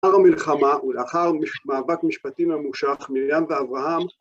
לאחר המלחמה, ולאחר מאבק משפטי ממושך, מרים ואברהם